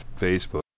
Facebook